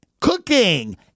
cooking